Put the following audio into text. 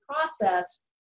process